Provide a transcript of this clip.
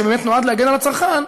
שבאמת נועד להגן על הצרכן,